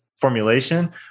formulation